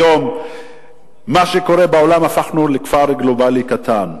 מה שקורה בעולם, הפכנו לכפר גלובלי קטן.